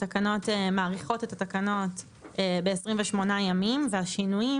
התקנות מאריכות את התקנות ב-28 ימים והשינויים